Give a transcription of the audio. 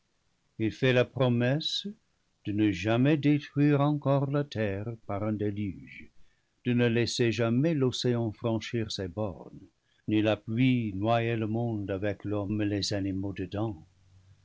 il fait la promesse de ne jamais détruire encore la terre par un déluge de ne laisser jamais l'océan franchir ses bornes ni la pluie noyer le monde avec l'homme et les ani maux dedans